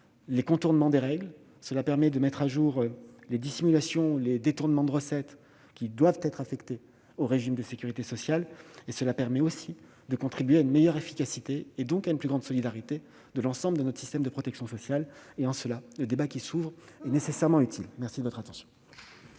les contournements des règles, les dissimulations et les détournements de recettes qui doivent être affectées aux régimes de sécurité sociale, mais aussi de contribuer à une meilleure efficacité et donc à une plus grande solidarité de l'ensemble de notre système de protection sociale. En cela, le débat qui s'ouvre est nécessairement utile. La parole est